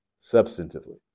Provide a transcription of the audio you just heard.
substantively